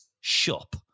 shop